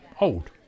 old